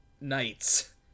knights